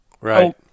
Right